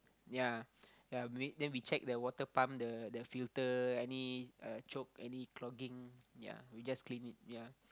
ya ya then we check the water pump the the filter any uh choke any clogging ya we just clean it ya